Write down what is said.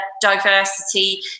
diversity